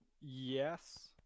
yes